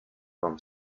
from